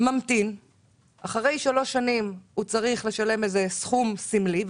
צריך אחרי שלוש שנים לשלם איזה תשלום סמלי,